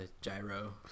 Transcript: Gyro